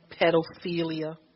pedophilia